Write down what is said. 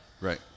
Right